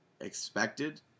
expected